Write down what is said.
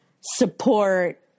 support